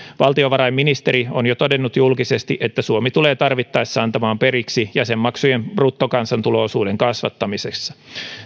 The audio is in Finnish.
valtiovarainministeri on jo todennut julkisesti että suomi tulee tarvittaessa antamaan periksi jäsenmaksujen bruttokansantulo osuuden kasvattamisessa